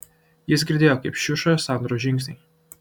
jis girdėjo kaip šiuša sandros žingsniai